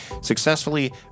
successfully